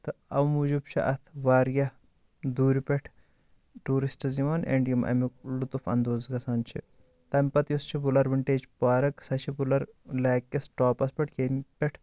تہٕ او موٗجوٗب چھُ اَتھ وارِیاہ دوٗرِ پٮ۪ٹھ ٹوٗرسٹٕس یِوان اینٛڈ یِم اَمیُک لُطف اندوز گَژھان چھِ تَمہِ پتہٕ یُس چھِ وُلر وِنٹیج پارک سَہ چھِ وُلر لیک کِس ٹاپس پٮ۪ٹھ کیٚن پٮ۪ٹھ